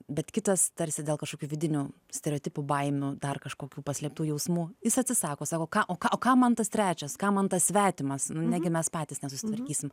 bet kitas tarsi dėl kažkokių vidinių stereotipų baimių dar kažkokių paslėptų jausmų jis atsisako sako ką o kam man tas trečias kam man tas svetimas negi mes patys nesusitvarkysim